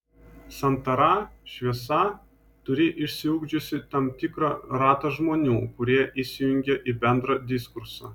santara šviesa turi išsiugdžiusi tam tikrą ratą žmonių kurie įsijungia į bendrą diskursą